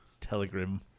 Telegram